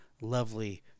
lovely